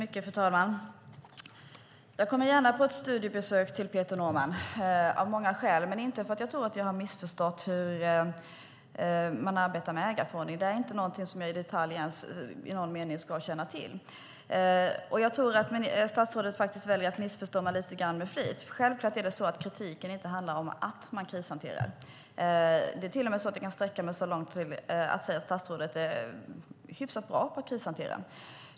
Fru talman! Jag kommer gärna på ett studiebesök till Peter Norman av många skäl, men inte för att jag tror att jag har missförstått hur man arbetar med ägarförordningen. Det är inte ens något som jag i detalj ska känna till. Jag tror att statsrådet väljer att missförstå mig lite grann med flit. Kritiken handlar självfallet inte om att man krishanterar. Jag kan till med sträcka mig så långt som att säga att statsrådet är hyfsat bra på att krishantera.